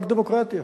רק דמוקרטיה.